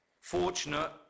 Fortunate